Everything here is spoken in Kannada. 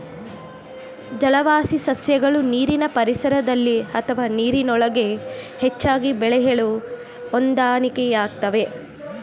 ಜಲವಾಸಿ ಸಸ್ಯಗಳು ನೀರಿನ ಪರಿಸರದಲ್ಲಿ ಅಥವಾ ನೀರಿನೊಳಗೆ ಹೆಚ್ಚಾಗಿ ಬೆಳೆಯಲು ಹೊಂದಾಣಿಕೆಯಾಗ್ತವೆ